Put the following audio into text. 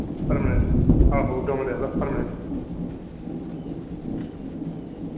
permanent आहो गमले आह्ला परमानेंट